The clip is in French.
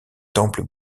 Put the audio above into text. temples